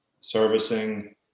servicing